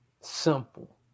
Simple